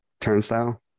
turnstile